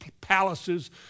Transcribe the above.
palaces